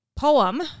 poem